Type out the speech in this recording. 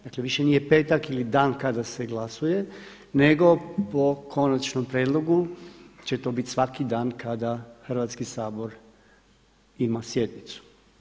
Dakle, više nije petak dan kada se glasuje nego po konačnom prijedlogu će to biti svaki dan kada Hrvatski sabor ima sjednicu.